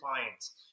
clients